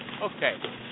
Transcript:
Okay